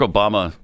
Obama